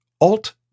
alt